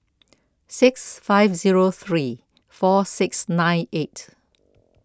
six five zero three four six nine eight